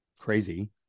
Crazy